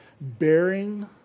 bearing